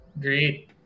Great